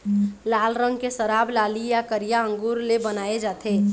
लाल रंग के शराब लाली य करिया अंगुर ले बनाए जाथे